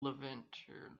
levanter